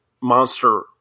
monster